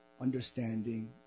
understanding